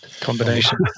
combination